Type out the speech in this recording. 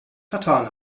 vertan